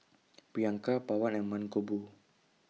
Priyanka Pawan and Mankombu